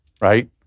right